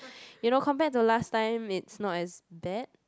you know compare to last time it's not as bad